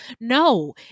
No